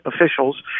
officials